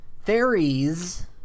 Fairies